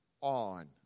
on